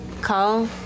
Call